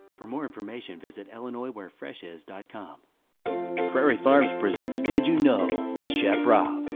for more information, visit illinoiswherefreshis dot com prairie farms presents did you know, with chef rob.